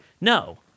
No